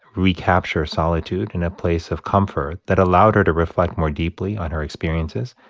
recapture solitude in a place of comfort that allowed her to reflect more deeply on her experiences.